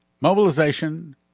mobilization